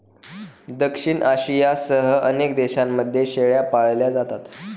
दक्षिण आशियासह अनेक देशांमध्ये शेळ्या पाळल्या जातात